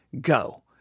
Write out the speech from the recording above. Go